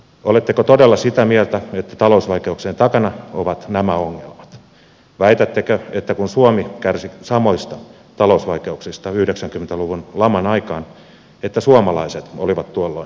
oletteko todella sitä mieltä että talousvaikeuksien takana ovat nämä oulu väitättekö että kun suomi kärsi samoista talousvaikeuksista yhdeksänkymmentä luvun laman aikana että suomalaiset olivat tuolloin